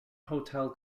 hotel